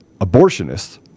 abortionists